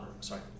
sorry